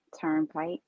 turnpike